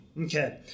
Okay